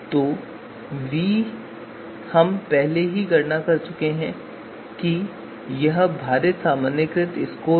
तो वी हम पहले ही गणना कर चुके हैं कि यह भारित सामान्यीकृत स्कोर है